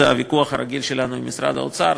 זה הוויכוח הרגיל שלנו עם משרד האוצר,